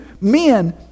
men